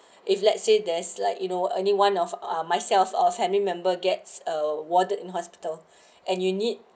if let's say there's like you know anyone of myself or family member gets a warded in hospital and you need